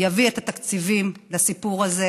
יביא את התקציבים לסיפור הזה.